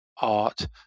art